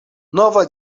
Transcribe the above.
nova